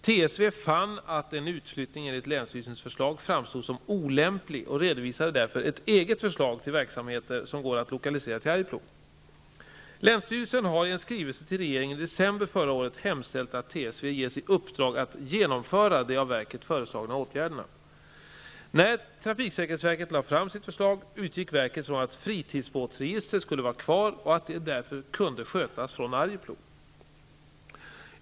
TSV fann att en utflyttning enligt länsstyrelsens förslag framstod som olämplig och redovisade därför ett eget förslag till verksamheter som går att lokalisera till Arjeplog. Länsstyrelsen har i en skrivelse till regeringen i december förra året hemställt att TSV ges i uppdrag att genomföra de av verket föreslagna åtgärderna. När TSV lade fram sitt förslag utgick verket från att fritidsbåtsregistret skulle vara kvar och att det därför kunde skötas från Arjeplog.